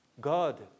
God